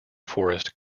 forest